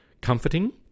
comforting